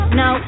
no